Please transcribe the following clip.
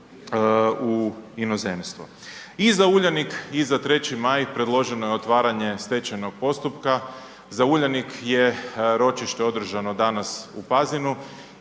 u inozemstvo. I za Uljanik i za 3. maj predloženo je otvaranje stečajnog postupka, za Uljanik je ročište održano danas u Pazinu